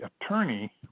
attorney